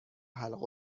حلق